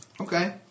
Okay